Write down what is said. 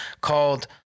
called